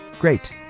Great